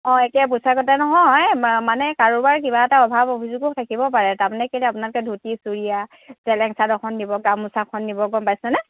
অঁ একে পোছাকতে নহয় বা মানে কাৰোবাৰ কিবা এটা অভাৱ অভিযোগো থাকিব পাৰে তাৰমানে কেলৈ আপোনালোকে ধুতি চুৰিয়া চেলেং চাদৰখন নিব গামোচাখন নিব গম পাইছেনে